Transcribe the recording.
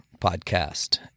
podcast